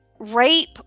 Rape